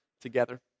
together